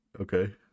okay